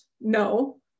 No